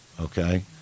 okay